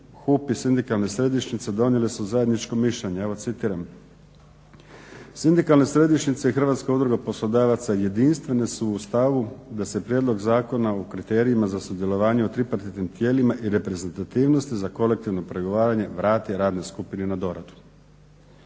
HUP i sindikalne središnjice donijeli su zajedničko mišljenje, evo citiram: "Sindikalne središnjice Hrvatske udruge poslodavaca jedinstvene su u stavu da se prijedlog Zakona o kriterijima za sudjelovanje u tripartitnim tijelima i reprezentativnosti za kolektivno pregovaranje vrati radnoj skupini na doradu.